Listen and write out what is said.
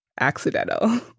accidental